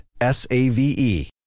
S-A-V-E